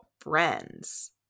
friends